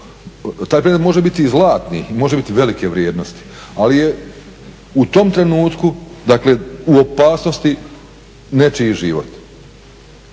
taj predmet može biti i zlatni, može biti i velike vrijednosti, ali je u tom trenutku u opasnosti nečiji život,